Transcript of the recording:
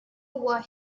what